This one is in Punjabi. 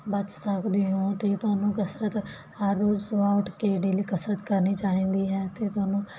ਬਚ ਸਕਦੇ ਹੋ ਤੇ ਤੁਹਾਨੂੰ ਕਸਰਤ ਹਰ ਰੋਜ਼ ਸੁਬਾਹ ਉਠ ਕੇ ਡੇਲੀ ਕਸਰਤ ਕਰਨੀ ਚਾਹੀਦੀ ਹੈ ਤੇ ਤੁਹਾਨੂੰ